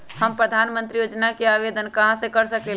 हम प्रधानमंत्री योजना के आवेदन कहा से कर सकेली?